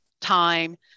time